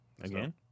again